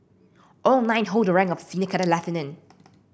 all nine hold the rank of senior cadet lieutenant